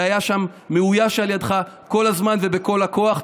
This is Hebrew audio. שהיה מאויש על ידך כל הזמן ובכל הכוח.